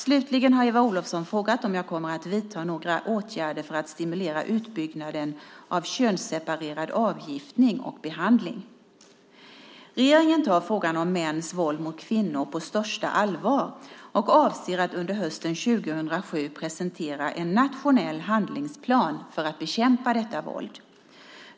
Slutligen har Eva Olofsson frågat om jag kommer att vidta några åtgärder för att stimulera utbyggnaden av könsseparerad avgiftning och behandling. Regeringen tar frågan om mäns våld mot kvinnor på största allvar och avser att under hösten 2007 presentera en nationell handlingsplan för att bekämpa detta våld.